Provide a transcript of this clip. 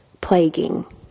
plaguing